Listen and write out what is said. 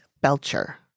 Belcher